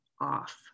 off